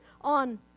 on